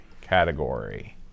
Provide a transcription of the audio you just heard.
category